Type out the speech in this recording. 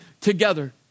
together